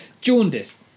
jaundice